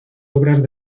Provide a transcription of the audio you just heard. obras